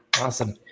awesome